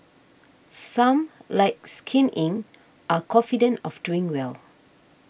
some like Skin Inc are confident of doing well